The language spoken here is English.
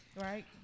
right